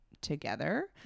together